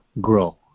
grow